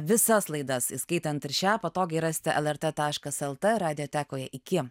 visas laidas įskaitant ir šią patogiai rasit lrt taškas lt radiotekoje iki